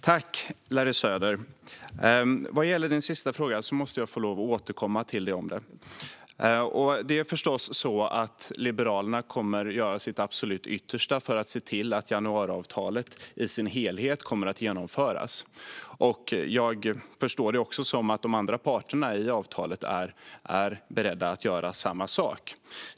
Herr talman! Jag tackar Larry Söder för detta. När det gäller din sista fråga, Larry Söder, måste jag få återkomma till dig om den. Liberalerna kommer förstås att göra sitt absolut yttersta för att se till att januariavtalet i sin helhet kommer att genomföras. Jag förstår det också som att de andra parterna som har ingått januariavtalet är beredda att göra samma sak.